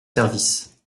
services